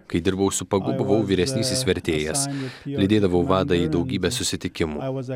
kai dirbau su pagu buvau vyresnysis vertėjas lydėdavau vadą į daugybę susitikimų